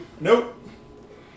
Nope